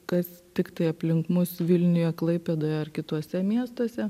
kas tiktai aplink mus vilniuje klaipėdoje ar kituose miestuose